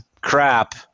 crap